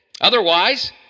Otherwise